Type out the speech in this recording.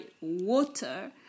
water